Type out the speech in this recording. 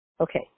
Okay